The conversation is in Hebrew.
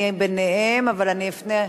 אני ביניהם, אבל אני אפנה,